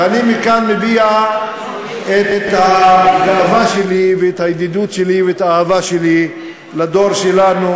ואני מכאן מביע את הגאווה שלי ואת הידידות שלי ואת האהבה שלי לדור שלנו: